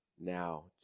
now